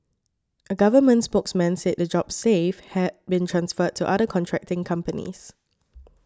a government spokesman said the jobs saved had been transferred to other contracting companies